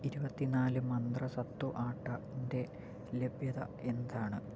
ഇരുപത്തിനാല് മന്ത്ര സത്തു ആട്ട ന്റെ ലഭ്യത എന്താണ്